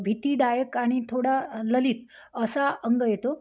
भीतीदायक आणि थोडा ललित असा अंग येतो